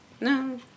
No